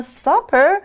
supper